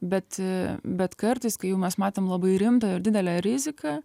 bet bet kartais kai jau mes matom labai rimtą ir didelę riziką